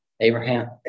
Abraham